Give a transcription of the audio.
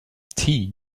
tea